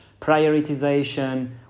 prioritization